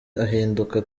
ahinduka